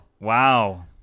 Wow